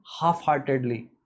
half-heartedly